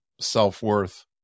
self-worth